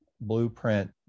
blueprint